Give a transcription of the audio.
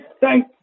thank